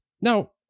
Now